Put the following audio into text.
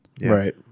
Right